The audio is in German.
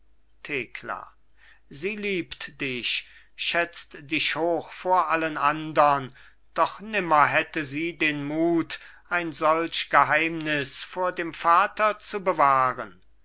thekla sie liebt dich schätzt dich hoch vor allen andern doch nimmer hätte sie den mut ein solch geheimnis vor dem vater zu bewahren